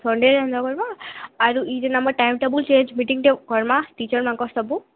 ସଣ୍ଡେରେ ହେନ୍ତା କରମା ଆରୁ ଇ ଯେନ୍ ଆମର୍ ଟାଇମ୍ ଟେବୁଲ୍ ଚେଞ୍ଜ୍ ମିଟିଂଟେ କରମା ଚିଟର୍ ମାନକର୍ ସବୁ